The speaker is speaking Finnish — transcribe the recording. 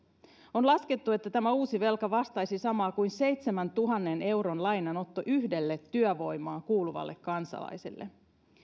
on laskettu että tämä uusi velka vastaisi samaa kuin seitsemäntuhannen euron lainanotto yhdelle työvoimaan kuuluvalle kansalaiselle